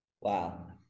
Wow